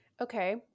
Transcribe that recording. Okay